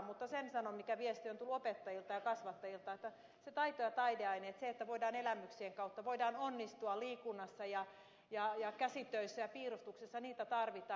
mutta sen sanon mikä viesti on tullut opettajilta ja kasvattajilta että taito ja taideaineita niin että voidaan oppia elämyksien kautta voidaan onnistua liikunnassa ja käsitöissä ja piirustuksessa niitä tarvitaan